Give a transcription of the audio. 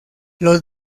los